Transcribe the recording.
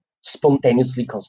spontaneously